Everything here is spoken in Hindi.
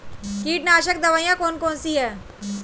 कीटनाशक दवाई कौन कौन सी हैं?